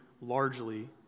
largely